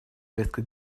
повестка